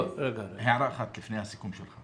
הערה אחת לפני הסיכום שלך.